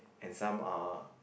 and some uh